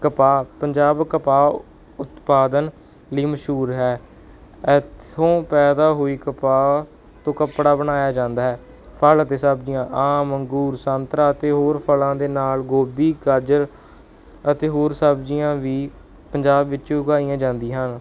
ਕਪਾਹ ਪੰਜਾਬ ਕਪਾਹ ਉਤਪਾਦਨ ਲਈ ਮਸ਼ਹੂਰ ਹੈ ਐਸੋ ਪੈਦਾ ਹੋਈ ਕਪਾਹ ਤੋ ਕੱਪੜਾ ਬਣਾਇਆ ਜਾਂਦਾ ਹੈ ਫਲ ਅਤੇ ਸਬਜ਼ੀਆਂ ਆਮ ਅੰਗੂਰ ਸੰਤਰਾ ਅਤੇ ਹੋਰ ਫਲਾਂ ਦੇ ਨਾਲ ਗੋਭੀ ਗਾਜਰ ਅਤੇ ਹੋਰ ਸਬਜ਼ੀਆਂ ਵੀ ਪੰਜਾਬ ਵਿੱਚ ਉਗਾਈਆਂ ਜਾਂਦੀਆਂ ਹਨ